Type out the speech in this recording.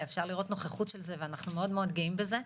אפשר לראות נוכחות של זה ואנחנו מאוד גאים בזה,